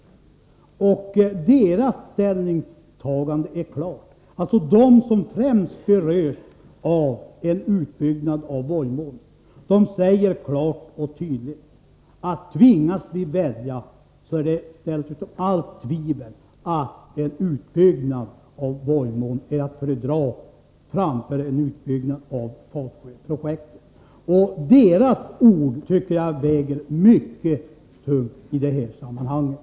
Deras ställningstagande är klart; de som främst berörs av en utbyggnad av Vojmån säger klart och tydligt, att tvingas vi välja är det ställt utom allt tvivel att en utbyggnad av Vojmån är att föredra framför Fatsjöprojektet. Deras ord tycker jag väger mycket tungt i det här sammanhanget.